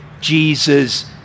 Jesus